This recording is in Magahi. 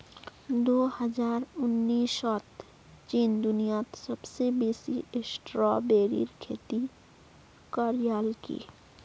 दो हजार उन्नीसत चीन दुनियात सबसे बेसी स्ट्रॉबेरीर खेती करयालकी